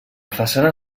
façana